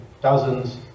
dozens